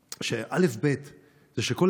כמובן,